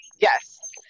Yes